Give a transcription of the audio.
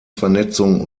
vernetzung